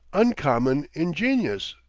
uncommon ingenious,